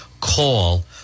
call